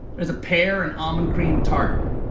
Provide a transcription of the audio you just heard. a pear and almond cream tart.